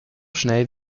schnell